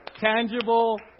tangible